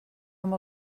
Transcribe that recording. amb